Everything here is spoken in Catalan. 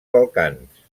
balcans